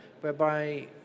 whereby